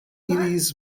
iris